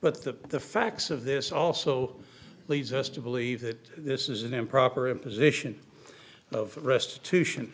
but the the facts of this also leads us to believe that this is an improper imposition of restitution